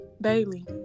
Bailey